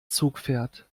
zugpferd